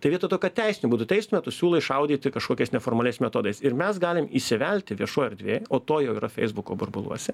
tai vietoj to kad teisiniu būdu teistume tu siūlai šaudyti kažkokias neformaliais metodais ir mes galim įsivelti viešoj erdvėj o to jau yra feisbuko burbuluose